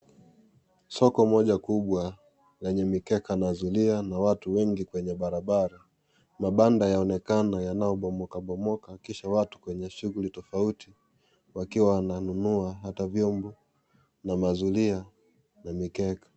Soko moja kubwa, ya nye mikeka na zulia na watu wengi kwenye barabara. Mabanda yaonekana yanayo bomoka bomoka kisha watu kwenye shughuli tofauti, wakiwa wananunua hata vyombo na mazulia na mikeka.